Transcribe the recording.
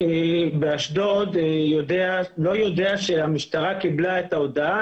באשדוד אני לא יודע שהמשטרה קיבלה את ההודעה,